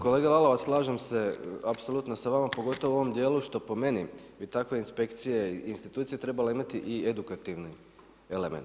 Kolega Lalovac, slažem se apsolutno sa vama pogotovo u ovom dijelu što po meni bi takve inspekcije institucije trebale imati i edukativni element.